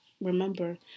remember